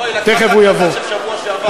לא, היא לקחה את ההקלטה של שבוע שעבר.